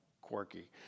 quirky